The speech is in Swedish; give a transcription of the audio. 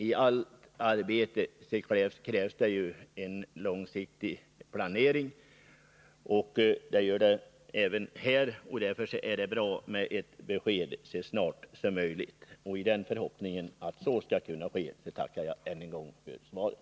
I allt arbete krävs det ju en långsiktig planering, och det gör det även här. Därför är det bra om ett besked ges så snart som möjligt. I förhoppning att så skall kunna ske tackar jag än en gång för svaret.